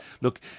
Look